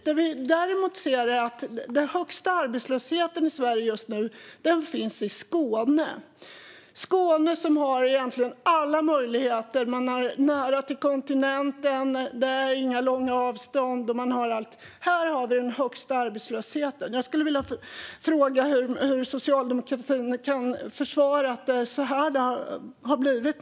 Det vi däremot ser är att den högsta arbetslösheten just nu finns i Skåne. Skåne har egentligen alla möjligheter - man har nära till kontinenten, det är inga långa avstånd och så vidare - men där är arbetslösheten högst. Jag skulle vilja fråga hur socialdemokratin försvarar att det är så det har blivit.